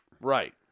Right